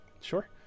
sure